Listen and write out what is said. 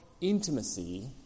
intimacy